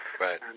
Right